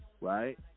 right